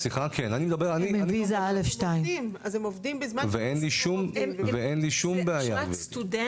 הם בוויזה א' 2. אז הם עובדים בזמן ש -- ואין לי שום בעיה עם זה.